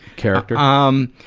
character? um,